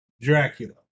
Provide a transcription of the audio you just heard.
Dracula